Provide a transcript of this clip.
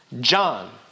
John